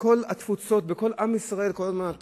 כאילו כל דבר יהיה כלול בביטוח